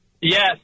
Yes